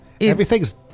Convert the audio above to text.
everything's